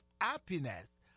happiness